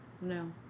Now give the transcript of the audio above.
No